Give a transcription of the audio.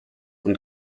und